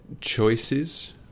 choices